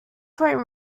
point